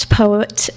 poet